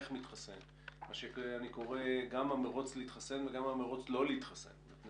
איך מתחסן מה שאני קורא המרוץ להתחסן וגם המרוץ לא להתחסן מפני